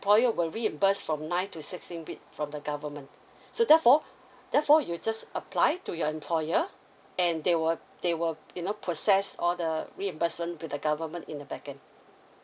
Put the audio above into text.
employer will reimbursed from ninth to sixteenth week from the government so therefore therefore you just apply to your employer and they will they will you know process all the reimbursement with the government in the backend